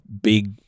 big